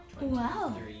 Wow